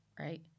Right